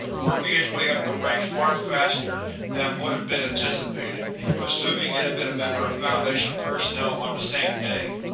working its way up the ranks far faster than would have been anticipated assuming it had been made a member of foundation personnel on the same day.